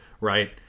Right